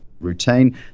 routine